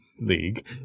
League